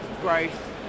growth